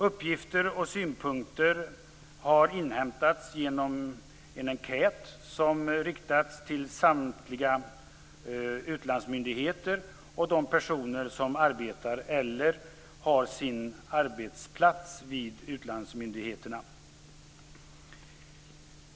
Uppgifter och synpunkter har inhämtats genom en enkät som riktats till samtliga utlandsmyndigheter och de personer som arbetar eller har sin arbetsplats vid utlandsmyndigheterna.